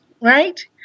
Right